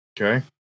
okay